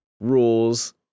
rules